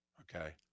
Okay